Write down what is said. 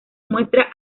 muestra